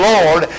Lord